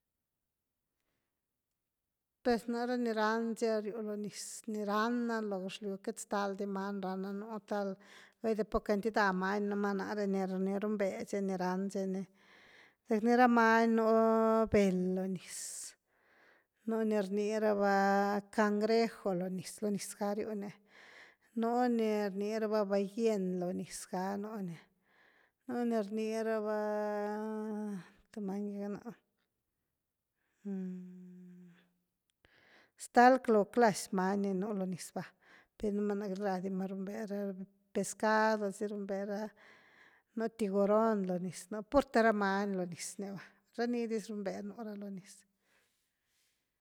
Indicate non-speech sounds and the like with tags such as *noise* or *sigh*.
Per nare ni ran zya rui lo niz, ni rana lo gexlyw queity ztal di many rana nú tal, baide pack cantidá many núma naré ni run ve sia ni ran zya ni, deck ni ra many nú bel lo niz, nú ni rni raba cangrejo lo niz, lo niz ga riu ní, nú ni rni raba ballen lo niz gá nú ni, nú ni rni raba *hesitation* tu many gi ganó, *hesitation* ztalo lo clas many ni nú lo niz va per numá queity rá di ma ni runbé, ra pescado zy runbe, nú tiburón lo niz nú, purte ra many lo niz ni va, ra ni diz runbe núra lo niz.